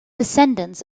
descendants